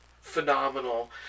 phenomenal